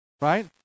right